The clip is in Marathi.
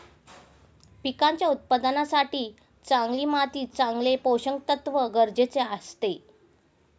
पिकांच्या उत्पादनासाठी चांगली माती चांगले पोषकतत्व गरजेचे असते